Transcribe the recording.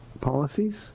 policies